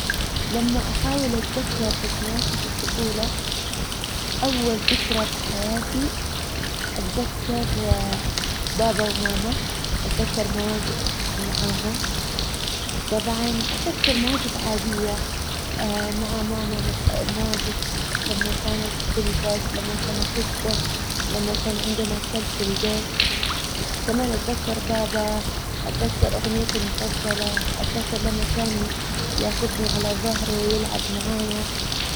لما احاول اتذكر ذكرياتي في الطفولة. اول ذكرى بحياتي اتذكر بابا وماما اتذكر مواقف معاهم طبعا اتذكر مواقف عادية مع ماما مثلا مواقف لما كانت تلبس لما كانت تطبخ. لما كان عندنا كلب في البيت. كمان اتذكر بابا اتذكر اغنيته المفضلة. اتذكر لما كان ياخدني على ظهره ويلعب معايا